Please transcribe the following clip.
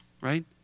Right